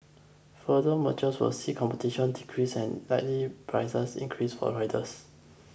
further mergers will see competition decrease and likely prices increases for riders